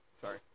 Sorry